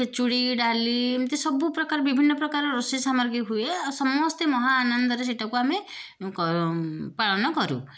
ଖେଚୁଡ଼ି ଡାଲି ଏମିତି ସବୁ ପ୍ରକାର ବିଭିନ୍ନ ପ୍ରକାର ରୋଷେଇ ସାମଗ୍ରୀ ହୁଏ ଆଉ ସମସ୍ତେ ମହାଆନନ୍ଦରେ ସେଇଟାକୁ ଆମେ କ ପାଳନ କରୁ